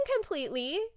completely